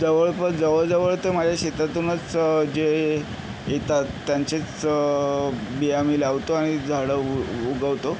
जवळपास जवळ जवळ तर माझ्या शेतातूनच जे येतात त्यांचेच बिया मी लावतो आनि झाडं उ उ उगवतो